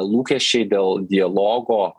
lūkesčiai dėl dialogo